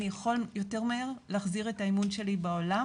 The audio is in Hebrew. אני אוכל יותר מהר להחזיר את האמון שלי בעולם.